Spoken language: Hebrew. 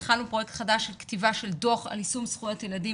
התחלנו פרויקט חדש של כתיבת דו"ח על יישום זכויות ילדים